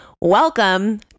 Welcome